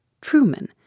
Truman